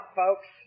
folks